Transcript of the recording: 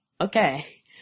okay